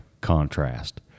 contrast